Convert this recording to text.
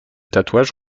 tatouage